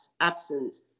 absence